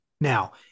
now